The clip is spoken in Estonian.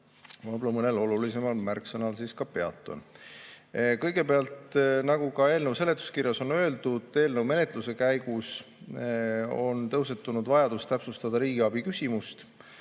Võib-olla mõnel olulisemal märksõnal ma ka peatun. Kõigepealt, nagu ka eelnõu seletuskirjas on öeldud, eelnõu menetluse käigus on tõusetunud vajadus täpsustada riigiabi küsimust.